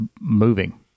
moving